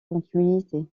continuité